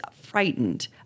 frightened